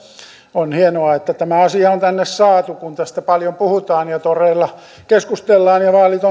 on hienoa että tämä asia on tänne saatu kun tästä paljon puhutaan ja toreilla keskustellaan ja vaalit